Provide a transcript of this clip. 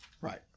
Right